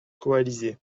coalisées